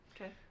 Okay